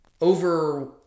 Over